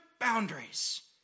boundaries